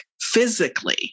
physically